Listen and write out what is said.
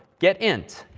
get int.